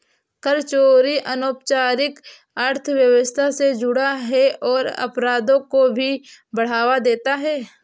कर चोरी अनौपचारिक अर्थव्यवस्था से जुड़ा है और अपराधों को भी बढ़ावा देता है